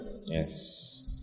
Yes